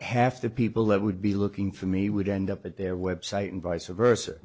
half the people that would be looking for me would end up at their website and vice versa